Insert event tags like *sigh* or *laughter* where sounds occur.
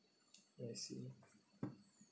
I see *noise*